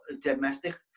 domestic